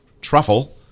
truffle